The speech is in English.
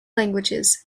languages